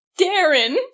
Darren